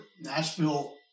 Nashville